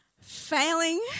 failing